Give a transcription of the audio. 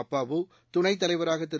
அப்பாவு துணைத் தலைவராக திரு